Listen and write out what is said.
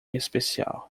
especial